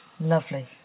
Lovely